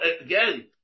again